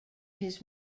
his